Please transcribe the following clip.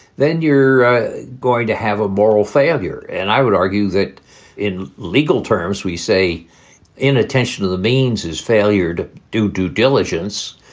then you're going to have a moral failure. and i would argue that in legal terms, we say in attention to the means, his failure to do due diligence.